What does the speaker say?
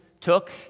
took